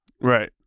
Right